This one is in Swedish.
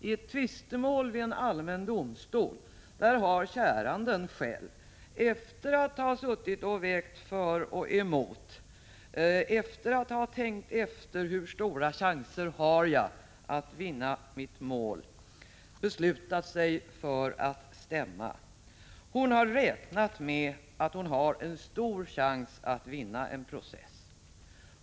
I ett tvistemål vid en allmän domstol har käranden själv, efter att ha vägt för och emot och tänkt efter hur stora chanser hon har att vinna sitt mål, beslutat sig för att stämma. Hon har räknat med att hon har stor chanser att vinna processen.